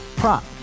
prop